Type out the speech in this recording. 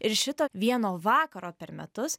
ir šito vieno vakaro per metus